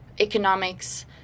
economics